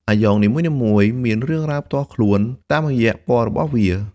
អាយ៉ងនីមួយៗមានរឿងរ៉ាវផ្ទាល់ខ្លួនតាមរយៈពណ៌របស់វា។